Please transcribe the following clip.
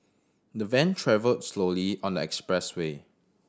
the van travelled slowly on the expressway